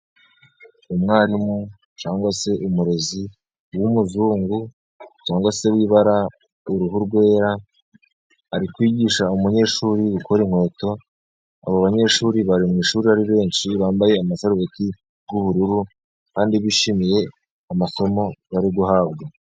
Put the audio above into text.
Umwarimu cyangwa se umurezi w' umuzungu cyangwa se w' ibara ry' uruhu rwera ari kwigisha umunyeshuri gukora inkweto, abo banyeshuri bari mu ishuri ari benshi, bambaye amasarubeti y' ubururu kandi bishimiye amasomo bari guhabwa.